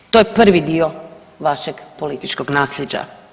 To je prvi dio vašeg političkog naslijeđa.